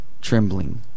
trembling